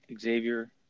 Xavier